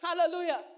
Hallelujah